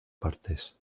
partes